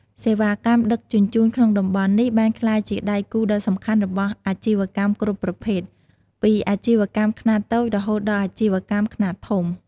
សេវាកម្មដឹកជញ្ជូនក្នុងតំបន់នេះបានក្លាយជាដៃគូដ៏សំខាន់របស់អាជីវកម្មគ្រប់ប្រភេទ ពីអាជីវកម្មខ្នាតតូចរហូតដល់អាជីវកម្មខ្នាតធំ។